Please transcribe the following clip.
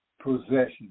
possession